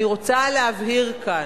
אני רוצה להבהיר כאן.